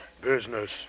Business